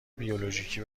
بیولوژیکی